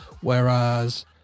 whereas